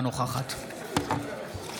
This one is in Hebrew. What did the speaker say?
אינה נוכחת פנינה תמנו,